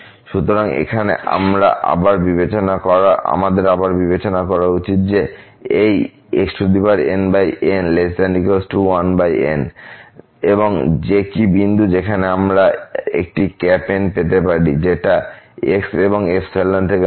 সুতরাং এখানে আমরা আবার বিবেচনা করা উচিত যে এই xnn1nএবং যে কী বিন্দু যেখানে আমরা একটি N পেতে পারি যেটা x এবং ε থেকে মুক্ত